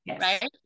right